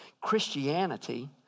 Christianity